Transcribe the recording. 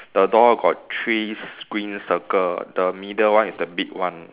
the door got three s~ green circle the middle one is the big one